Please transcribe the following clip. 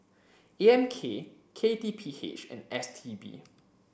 A M K K T P H and S T B